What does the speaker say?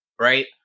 right